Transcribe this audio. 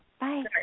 Bye